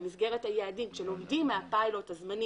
במסגרת היעדים שלומדים מהפיילוט הזמני